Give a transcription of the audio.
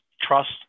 trust